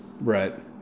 Right